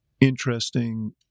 interesting